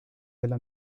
della